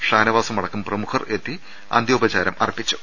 ഷാനവാസുമടക്കം പ്രമുഖർ എത്തി അന്ത്യോപചാരം അർപ്പിച്ചു